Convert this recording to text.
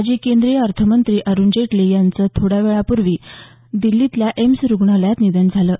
माजी केंद्रीय अर्थमंत्री अरूण जेटली यांचं थोड्या वेळा पूर्वी दिल्लीतल्या एम्स रुग्णालयात निधन झालं आहे